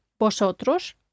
vosotros